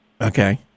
Okay